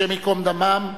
השם ייקום דמם,